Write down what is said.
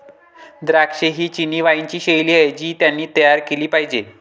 द्राक्षे ही चिनी वाइनची शैली आहे जी त्यांनी तयार केली पाहिजे